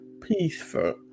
peaceful